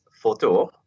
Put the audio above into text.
photo